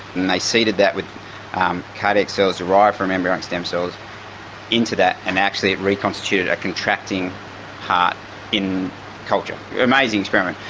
and they seeded that with cardiac cells derived from embryonic stem cells into that and actually it reconstituted a contracting heart in culture an amazing experiment.